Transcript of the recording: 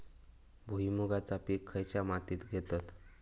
भुईमुगाचा पीक खयच्या मातीत घेतत?